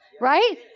right